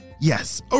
Yes